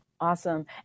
Awesome